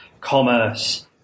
commerce